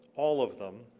all of them.